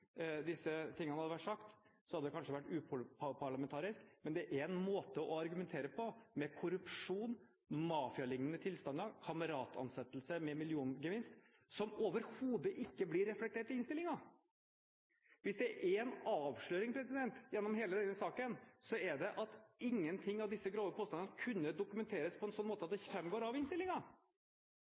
disse tingene hadde blitt sagt, hadde det kanskje vært uparlamentarisk. Dette er en måte å argumentere på – med «korrupsjon», «mafialignende tilstander», «kamerat-ansettelse med milliongevinst» – som overhodet ikke blir reflektert i innstillingen. Hvis det er én avsløring gjennom hele denne saken, så er det at ingenting av disse grove påstandene kunne dokumenteres på en slik måte at det framgår av